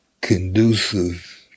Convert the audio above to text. conducive